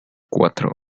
cuatro